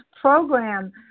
program